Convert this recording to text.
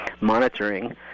monitoring